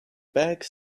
bags